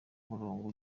umurongo